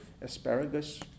asparagus